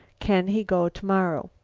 can he go tomorrow?